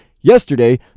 Yesterday